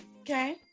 okay